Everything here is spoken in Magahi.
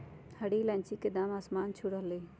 हरी इलायची के दाम आसमान छू रहलय हई